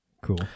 Cool